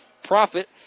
profit